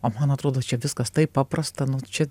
o man atrodo čia viskas taip paprasta nu čia